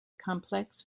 complex